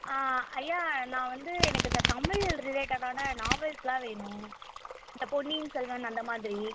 ஐயா நான் வந்து எனக்கு இந்த தமிழ் ரிலேட்டடான நாவல்ஸெலாம் வேணும் இந்த பொன்னியின் செல்வன் அந்த மாதிரி